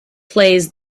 plays